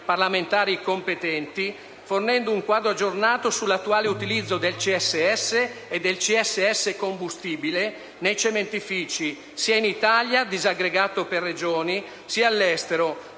parlamentari competenti, fornendo un quadro aggiornato sull'attuale utilizzo del CSS e del CSS-Combustibile nei cementifici, sia in Italia, disaggregato per Regioni, sia all'estero,